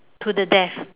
to the death